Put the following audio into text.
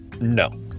no